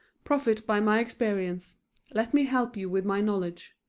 profit by my experience let me help you with my knowledge.